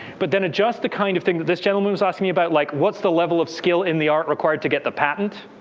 but then adjust the kind of thing that this gentleman was asking me about. like, what's the level of skill in the art required to get the patent?